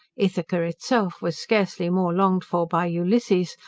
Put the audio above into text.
ithaca itself was scarcely more longed for by ulysses,